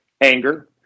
anger